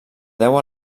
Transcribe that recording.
deu